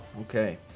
Okay